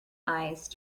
ice